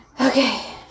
Okay